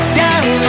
down